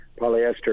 polyester